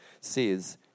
says